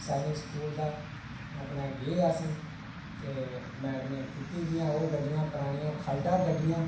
सैनिक स्कूल दा अपने गे अस ते मैडमें कीती दी गड्डियां परानी ठलडा गड्टियां